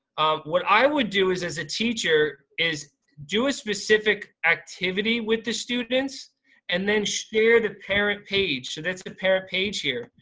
what i would do is as a teacher is, do a specific activity with the students and then share the parent page. so that's the parent page here.